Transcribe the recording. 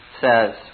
says